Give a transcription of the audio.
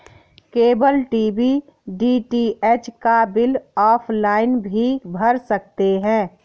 cable TV DTH का bill offline भी भर सकते हैं